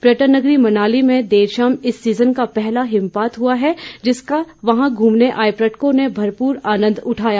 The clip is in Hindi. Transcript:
पर्यटन नगरी मनाली में देर शाम इस सीजन का पहला हिमपात हुआ है जिसका वहां घूमने आए पर्यटकों ने भरपूर आनंद उठाया